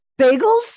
Bagels